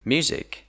Music